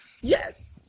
Yes